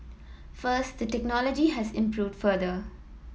first the technology has improved further